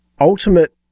ultimate